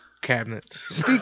cabinets